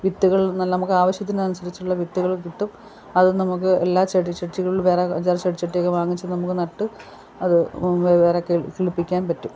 വിത്തുകൾ എന്നാൽ നമുക്കാവശ്യത്തിനനുസരിച്ചുള്ള വിത്തുകൾ കിട്ടും അത് നമുക്ക് എല്ലാ ചെടിച്ചട്ടികൾ വേറെ ചെടിച്ചട്ടിയൊക്കെ വാങ്ങിച്ച് നമുക്ക് നട്ട് അത് വേറയൊക്കെ കിളിപ്പിക്കാൻ പറ്റും